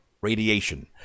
radiation